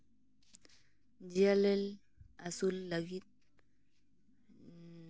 ᱡᱤᱭᱟᱹᱞᱤ ᱟᱹᱥᱩᱞ ᱞᱟᱹᱜᱤᱫ